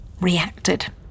reacted